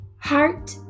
heart